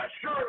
sure